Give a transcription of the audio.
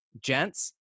gents